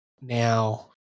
now